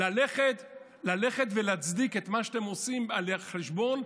את מה אתם עושים על חשבון,